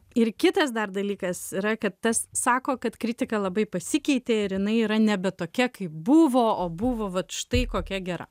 ir kitas dar dalykas yra kad tas sako kad kritika labai pasikeitė ir jinai yra nebe tokia kaip buvo o buvo vat štai kokia gera